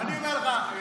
אני אומר לך,